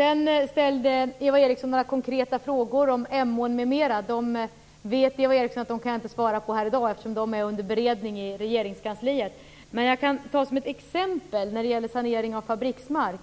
Eva Eriksson ställde några konkreta frågor om Emån m.m. Eva Eriksson vet att jag inte kan svara på dem här i dag, eftersom de är under beredning i Regeringskansliet. Men som ett exempel på sanering av fabriksmark